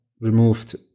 removed